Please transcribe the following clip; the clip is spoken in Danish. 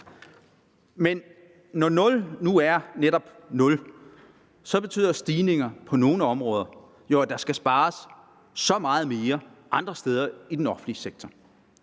Når nul nu netop er nul, betyder stigninger på nogle områder, at der skal spares så meget mere andre steder i den offentlige sektor.